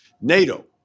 NATO